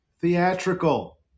Theatrical